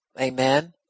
Amen